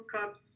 cups